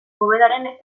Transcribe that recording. povedaren